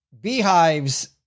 beehives